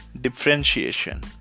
Differentiation